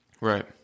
Right